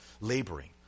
laboring